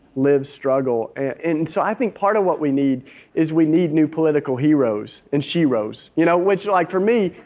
lives struggle. and and so i think part of what we need is we need new political heroes and sheroes. you know like for me,